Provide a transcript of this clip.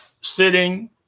sitting